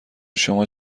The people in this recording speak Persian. شما